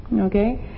okay